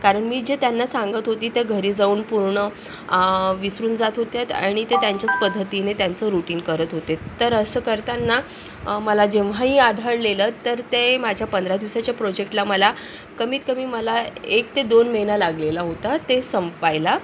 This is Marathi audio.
कारण मी जे त्यांना सांगत होते त्या घरी जाऊन पूर्ण विसरून जात होत्या आणि ते त्यांच्याच पद्धतीने त्यांचं रूटीन करत होते तर असं करताना मला जेव्हाही आढळलेलं तर ते माझ्या पंधरा दिवसाच्या प्रॉजेक्टला मला कमीतकमी मला एक ते दोन महिना लागलेला होता ते संपायला